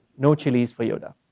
no chilies for yoda,